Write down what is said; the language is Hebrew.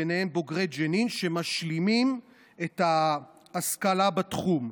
וביניהם בוגרי ג'נין שמשלימים את ההשכלה בתחום.